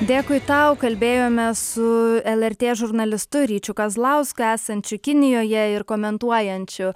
dėkui tau kalbėjome su lrt žurnalistu ryčiu kazlausku esančiu kinijoje ir komentuojančiu